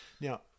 Now